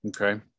Okay